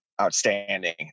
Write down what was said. outstanding